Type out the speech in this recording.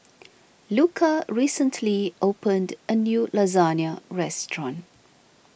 Luka recently opened a new Lasagne restaurant